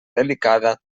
delicada